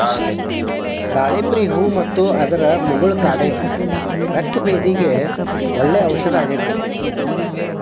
ದಾಳಿಂಬ್ರಿ ಹೂ ಮತ್ತು ಅದರ ಮುಗುಳ ಕಾಡೆ ರಕ್ತಭೇದಿಗೆ ಒಳ್ಳೆ ಔಷದಾಗೇತಿ